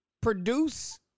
produce